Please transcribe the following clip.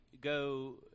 go